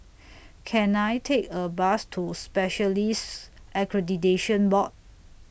Can I Take A Bus to Specialists Accreditation Board